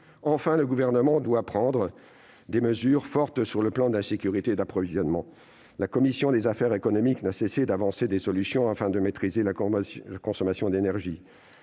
Enfin, le Gouvernement doit prendre des mesures fortes en faveur de la sécurité d'approvisionnement. La commission des affaires économiques n'a cessé d'avancer des solutions, afin que nous puissions maîtriser la consommation d'énergie